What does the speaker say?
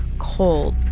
cold,